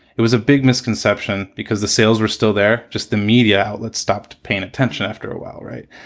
it was a big misconception because the sales were still there. just the media outlets stopped paying attention after a while. right.